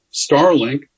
Starlink